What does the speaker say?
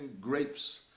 grapes